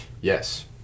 yes